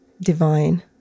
divine